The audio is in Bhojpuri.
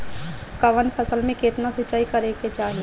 कवन फसल में केतना सिंचाई करेके चाही?